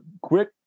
quick